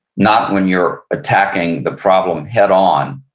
not when you're attacking the problem head-on,